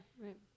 right